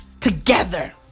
together